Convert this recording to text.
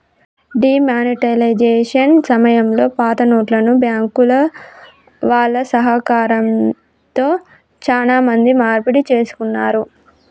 D monetisation సమయంలో పాతనోట్లను బ్యాంకుల వాళ్ళ సహకారంతో చానా మంది మార్పిడి చేసుకున్నారు